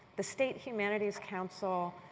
the state humanities council.